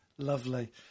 Lovely